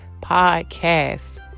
podcast